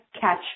catch